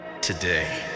today